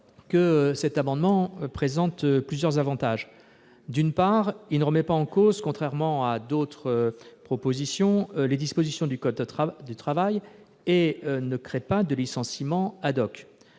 Cet amendement présente plusieurs avantages. D'une part, il ne remet pas en cause, contrairement à d'autres, les dispositions du code du travail et ne crée pas de licenciement.